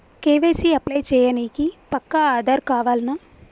KYC apply చేయనీకి పక్కా ఆధార్ కావాల్నా?